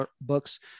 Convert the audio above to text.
books